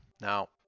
Now